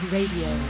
Radio